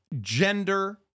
gender